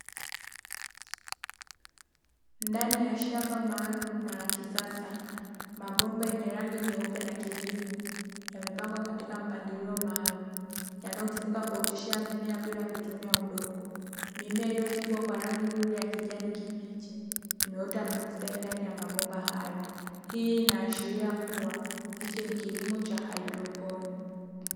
Ndani ya shamba maalumu na la kisasa, mabomba yenye rangi nyeupe na kijivu yamepangwa katika mpangilio maalumu, yanayotumika kuoteshea mimea bila kutumia udongo. Mimea iliyochipua kwa rangi nzuri ya kijani kibichi imeota na kustawi ndani ya mabomba hayo. Hii inaashiria kuwa hiki ni kilimo cha haidroponi.